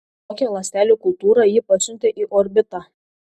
kokią ląstelių kultūrą ji pasiuntė į orbitą